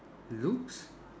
looks